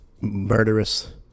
murderous